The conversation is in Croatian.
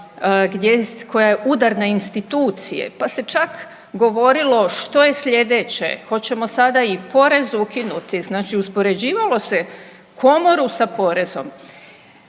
koja je udar na institucije, pa se čak govorilo što je sljedeće. Hoćemo sada i porez ukinuti? Znači uspoređivalo se komoru sa porezom.